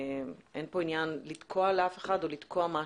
אין פה עניין לתקוע לאף אחד משהו.